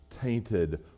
tainted